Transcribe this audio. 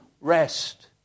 rest